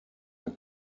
are